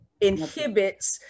inhibits